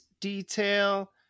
detail